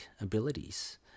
abilities